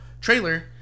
trailer